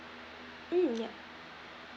um yeah